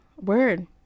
Word